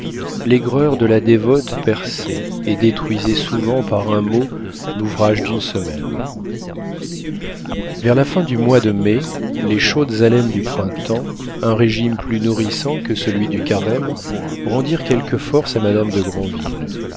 l'aigreur de la dévote perçait et détruisait souvent par un mot l'ouvrage d'une semaine vers la fin du mois de mai les chaudes haleines du printemps un régime plus nourrissant que celui du carême rendirent quelques forces à madame de